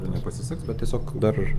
ir nepasiseks bet tiesiog dar